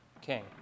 king